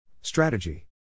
Strategy